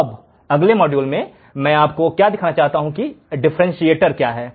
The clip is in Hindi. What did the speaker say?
अब अगले मॉड्यूल में मैं आपको क्या दिखाना चाहता हूं कि एक डिफरेंटशिएटर क्या है